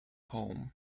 home